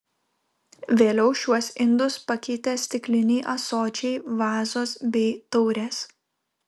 vėliau šiuos indus pakeitė stikliniai ąsočiai vazos bei taurės